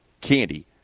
candy